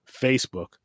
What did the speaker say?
Facebook